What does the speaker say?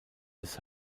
des